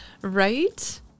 Right